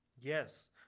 yes